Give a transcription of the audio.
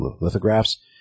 lithographs